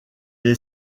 est